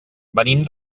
venim